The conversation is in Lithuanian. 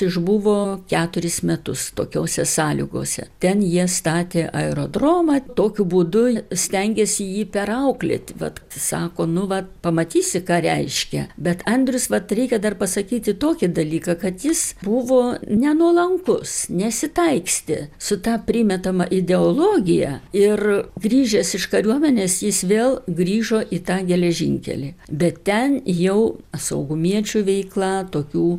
išbuvo keturis metus tokiose sąlygose ten jie statė aerodromą tokiu būdu stengėsi jį perauklėt vat sako nu va pamatysi ką reiškia bet andrius vat reikia dar pasakyti tokį dalyką kad jis buvo nenuolankus nesitaikstė su ta primetama ideologija ir grįžęs iš kariuomenės jis vėl grįžo į tą geležinkelį bet ten jau saugumiečių veikla tokių